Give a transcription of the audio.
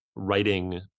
writing